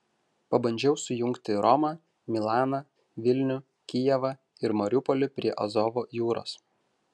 pabandžiau sujungti romą milaną vilnių kijevą ir mariupolį prie azovo jūros